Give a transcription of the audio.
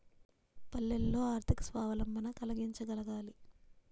పల్లెల్లో ఆర్థిక స్వావలంబన కలిగించగలగాలి